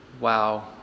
wow